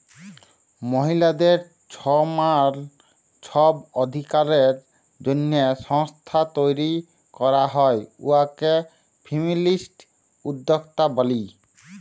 মহিলাদের ছমাল ছব অধিকারের জ্যনহে সংস্থা তৈরি ক্যরা হ্যয় উয়াকে ফেমিলিস্ট উদ্যক্তা ব্যলি